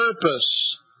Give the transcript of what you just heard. Purpose